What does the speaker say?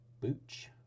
Booch